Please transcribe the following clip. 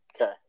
Okay